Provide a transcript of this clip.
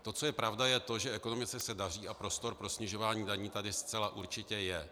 To, co je pravda, je to, že ekonomice se daří a prostor pro snižování daní tady zcela určitě je.